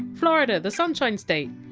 florida the sunshine state!